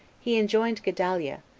he enjoined gedaliah,